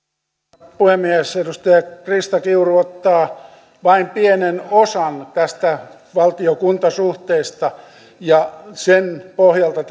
arvoisa herra puhemies edustaja krista kiuru ottaa vain pienen osan tästä valtio kunta suhteesta ja sen pohjalta